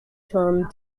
term